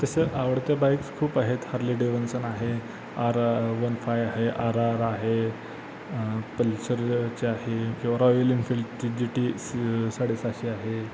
तसं आवडत्या बाइक्स खूप आहेत हार्ले डेवन्सन आहे आर वन फाय आहे आर आर आहे पल्सरची आहे किंवा रॉयल एनफिल्डची जी टी स साडेसहाशे आहे